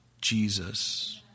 Jesus